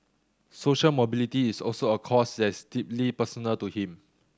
social mobility is also a cause that's deeply personal to him